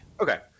Okay